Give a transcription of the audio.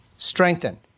Strengthen